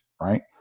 right